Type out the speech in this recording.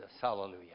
Hallelujah